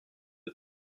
deux